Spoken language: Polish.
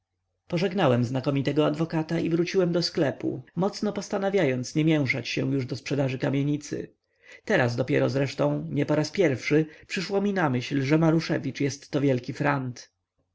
pożegnałem znakomitego adwokata i wróciłem do sklepu mocno postanawiając nie mięszać się już do sprzedaży kamienicy teraz dopiero zresztą nie poraz pierwszy przyszło mi na myśl że maruszewicz jestto wielki frant